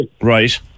Right